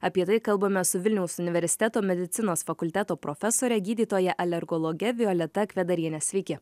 apie tai kalbamės su vilniaus universiteto medicinos fakulteto profesore gydytoja alergologe violeta kvedariene sveiki